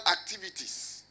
activities